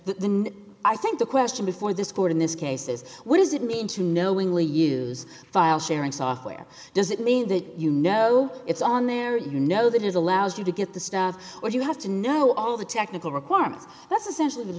that i think the question before this court in this case is what does it mean to knowingly use file sharing software does it mean that you know it's on there you know that it allows you to get the stuff or you have to know all the technical requirements that's essential